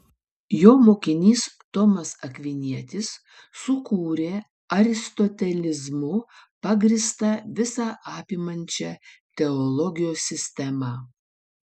jo mokinys tomas akvinietis sukūrė aristotelizmu pagrįstą visa apimančią teologijos sistemą